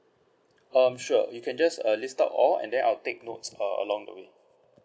um sure you can just uh list out all uh and then I'll take notes uh along the way